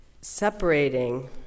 separating